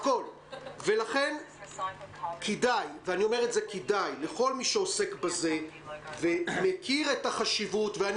ולכן כדאי לכל מי שעוסק בזה ומכיר את החשיבות ואני